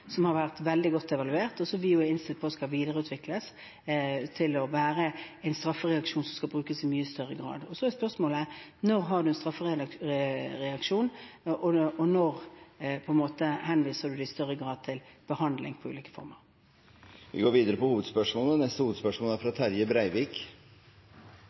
som har vært veldig godt evaluert, og som vi er innstilt på skal videreutvikles til å bli en straffereaksjon som skal brukes i mye større grad. Og så er spørsmålet: Når har man en straffereaksjon? Og når henviser man dem i større grad til ulike former for behandling? Vi går videre til neste hovedspørsmål. I ei tid med etter måten høg arbeidsløyse og